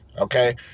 Okay